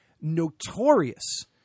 notorious